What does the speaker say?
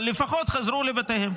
אבל לפחות חזרו לבתיהם,